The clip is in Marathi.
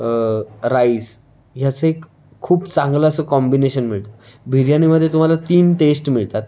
राईस ह्याचं एक खूप चांगलं असं कॉम्बिनेशन मिळतं बिर्याणीमध्ये तुम्हाला तीन टेस्ट मिळतात